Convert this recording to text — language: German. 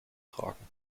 tragen